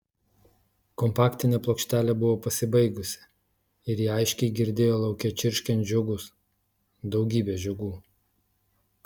kompaktinė plokštelė buvo pasibaigusi ir ji aiškiai girdėjo lauke čirškiant žiogus daugybę žiogų